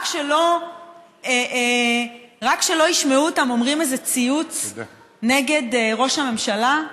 רק שלא ישמעו אותם אומרים איזה ציוץ נגד ראש הממשלה?